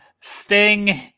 Sting